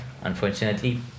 unfortunately